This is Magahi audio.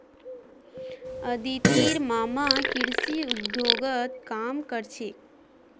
अदितिर मामा कृषि उद्योगत काम कर छेक